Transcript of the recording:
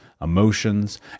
emotions